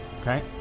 Okay